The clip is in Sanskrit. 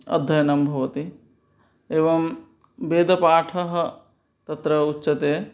अध्ययनं भवति एवं वेदपाठः तत्र उच्यते